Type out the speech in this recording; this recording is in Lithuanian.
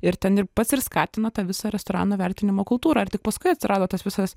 ir ten ir pats ir skatino tą visą restoranų vertinimo kultūrą ir tik paskui atsirado tas visas